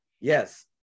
Yes